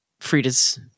Frida's